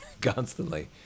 constantly